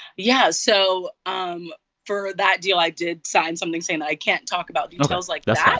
yeah. so um for that deal, i did sign something saying that i can't talk about details like that.